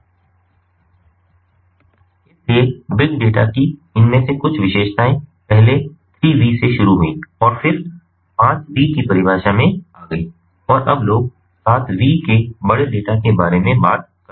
इसलिए बड़े डेटा की इनमें से कुछ विशेषताएँ पहले 3 V से शुरू हुईं और फिर 5 V की परिभाषा में आ गईं और अब लोग 7 V के बड़े डेटा के बारे में बात कर रहे हैं